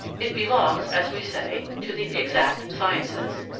it belongs, as we say, to the exact sciences.